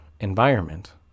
environment